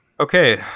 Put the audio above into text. okay